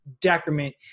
decrement